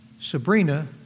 Sabrina